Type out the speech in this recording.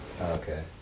Okay